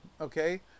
okay